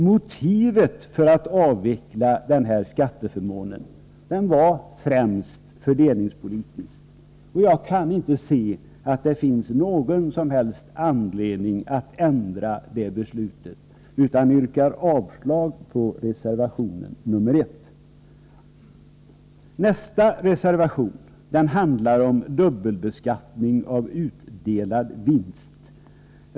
Motivet för att avveckla denna skatteförmån var främst fördelningspolitiskt, och jag kan inte se att det finns någon som helst anledning att ändra detta beslut utan yrkar avslag på reservation nr 1. Nästa reservation handlar om dubbelbeskattningen av utdelad vinst.